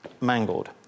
mangled